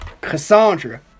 cassandra